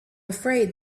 afraid